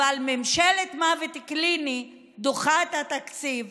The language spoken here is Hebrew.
אבל ממשלת מוות קליני דוחה את התקציב